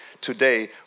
today